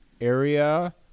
Area